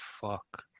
fuck